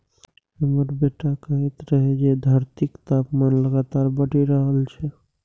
हमर बेटा कहैत रहै जे धरतीक तापमान लगातार बढ़ि रहल छै